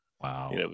Wow